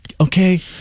Okay